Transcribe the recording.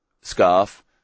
scarf